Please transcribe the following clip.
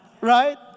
Right